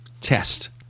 test